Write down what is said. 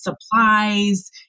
supplies